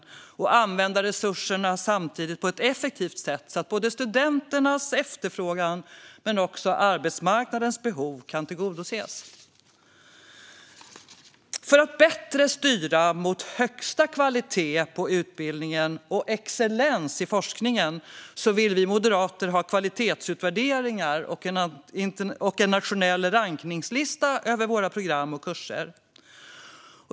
Samtidigt vill vi använda resurserna på ett effektivt sätt så att både studenternas efterfrågan och arbetsmarknadens behov kan tillgodoses. För att bättre styra mot högsta kvalitet på utbildningen och excellens i forskningen vill vi moderater ha kvalitetsutvärderingar och en nationell rankningslista över program och kurser.